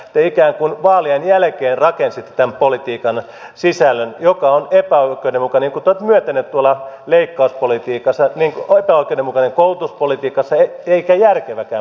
te ikään kuin vaalien jälkeen rakensitte tämän politiikan sisällön joka on epäoikeudenmukainen niin kuin te olette myöntäneet leikkauspolitiikassa epäoikeudenmukainen koulutuspolitiikassa eikä järkeväkään koulutuspolitiikassa